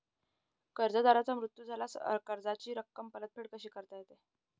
कर्जदाराचा मृत्यू झाल्यास कर्जाच्या रकमेची परतफेड कशी करता येते?